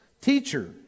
Teacher